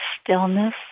stillness